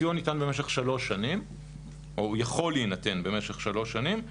הסיוע ניתן במשך שלוש שנים או יכול להינתן במשך שלוש שנים.